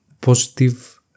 positive